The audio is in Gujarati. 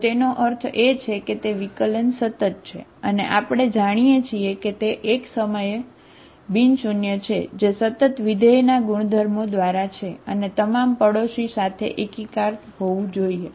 તો તેનો અર્થ એ છે કે તે વિકલન સતત છે અને આપણે જાણીએ છીએ કે તે એક સમયે બિન શૂન્ય છે જે સતત વિધેય ના ગુણધર્મો દ્વારા છે અને તમામ પડોશી સાથે એકીકાર હોવું જોઈએ